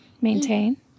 maintain